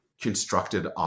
Constructed